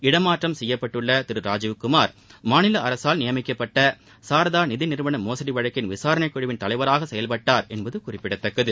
இடமாற்றம் செய்யப்பட்டுள்ள திரு ராஜீவ் குமார் மாநில அரசால் நியமிக்கப்பட்ட சாரதா நிதி நிறுவன மோசடி வழக்கின் விசாரணை குழுவின் தலைவராக செயல்பட்டார் என்பது குறிப்பிடத்தக்கது